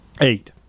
eight